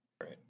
Right